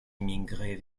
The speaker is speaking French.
immigrés